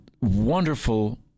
wonderful